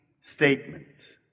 statement